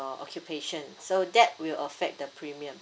occupation so that will affect the premium